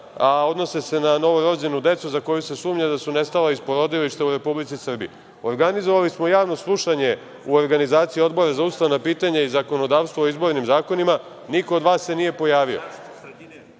a odnose se na novorođenu decu za koju se sumnja da su nestala iz porodilišta u Republici Srbiji. Organizovali smo javno slušanje u organizaciji Odbora za ustavna pitanja i zakonodavstvo o izbornim zakonima, niko od vas se nije pojavio.